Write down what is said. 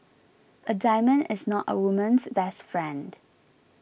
a diamond is not a woman's best friend